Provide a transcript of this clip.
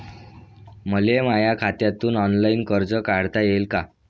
मले माया खात्यातून ऑनलाईन कर्ज काढता येईन का?